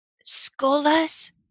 scholars